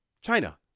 China